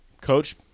coach